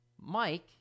Mike